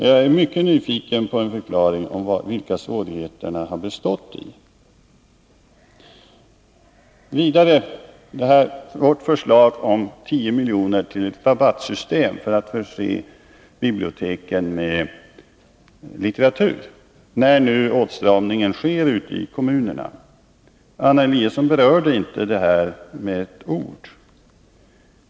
Jag väntar med nyfikenhet på en förklaring om vad svårigheterna har bestått i. Anna Eliasson berörde inte med ett ord vårt förslag om 10 miljoner till ett rabattsystem för att förse biblioteken med litteratur, när det nu sker en åtstramning ute i kommunerna.